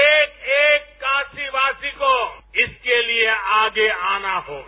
एक एक काशीवासी को इसके लिए आगे आना होगा